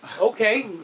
Okay